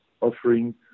offering